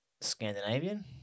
Scandinavian